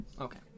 Okay